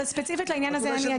אבל ספציפית לעניין הזה,